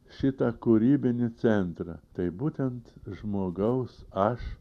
šitą kūrybinį centrą tai būtent žmogaus aš